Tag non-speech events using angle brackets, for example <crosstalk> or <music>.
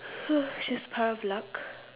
<noise> she's power of luck